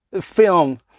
film